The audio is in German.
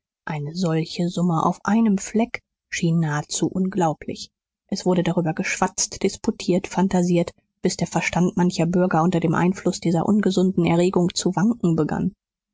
eine solche summe auf einem fleck schien nahezu unglaublich es wurde darüber geschwatzt disputiert phantasiert bis der verstand mancher bürger unter dem einfluß dieser ungesunden erregung zu wanken begann